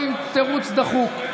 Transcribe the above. עם תירוץ דחוק.